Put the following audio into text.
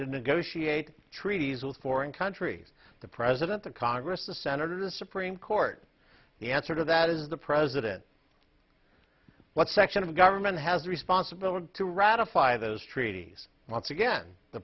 to negotiate treaties with foreign countries the president the congress the senate or the supreme court the answer to that is the president what section of government has the responsibility to ratify those treaties once again the